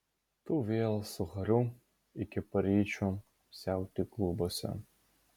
tu vėl su hariu iki paryčių siauti klubuose